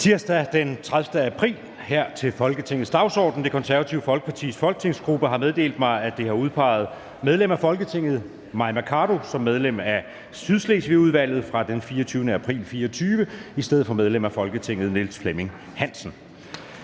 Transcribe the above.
Anden næstformand (Jeppe Søe): Mødet er åbnet. Det Konservative Folkepartis folketingsgruppe har meddelt mig, at den har udpeget medlem af Folketinget Mai Mercado som medlem af Sydslesvigudvalget fra den 24. april 2024 i stedet for medlem af Folketinget Niels Flemming Hansen.